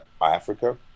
Africa